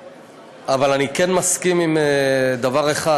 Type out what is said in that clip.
אבל אני כן מסכים עם דבר אחד: